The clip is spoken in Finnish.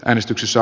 äänestyksissä